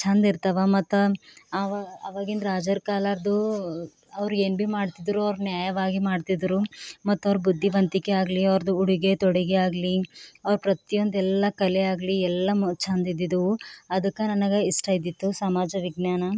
ಚೆಂದಿರ್ತಾವ ಮತ್ತ ಆವ ಆವಾಗಿನ ರಾಜರ ಕಾಲದ್ದು ಅವರು ಏನು ಭೀ ಮಾಡ್ತಿದ್ದರು ಅವ್ರು ನ್ಯಾಯವಾಗಿ ಮಾಡ್ತಿದ್ದರು ಮತ್ತವ್ರ ಬುದ್ಧಿವಂತಿಕೆ ಆಗಲಿ ಅವ್ರದ್ದು ಉಡುಗೆ ತೊಡುಗೆ ಆಗಲಿ ಅವ್ರು ಪ್ರತಿಯೊಂದು ಎಲ್ಲ ಕಲೆ ಆಗಲಿ ಎಲ್ಲ ಮ ಚೆಂದಿದ್ದವು ಅದಕ್ಕೆ ನನಗೆ ಇಷ್ಟ ಇದ್ದಿತ್ತು ಸಮಾಜ ವಿಜ್ಞಾನ